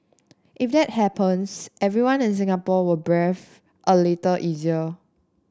if that happens everyone in Singapore will breathe a little easier